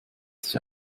sich